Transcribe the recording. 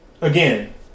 Again